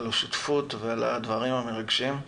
על השותפות ועל הדברים המרגשים.